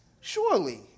Surely